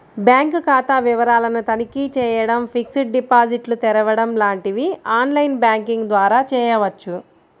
bank ఖాతా వివరాలను తనిఖీ చేయడం, ఫిక్స్డ్ డిపాజిట్లు తెరవడం లాంటివి ఆన్ లైన్ బ్యాంకింగ్ ద్వారా చేయవచ్చు